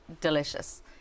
delicious